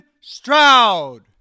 Stroud